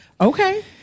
Okay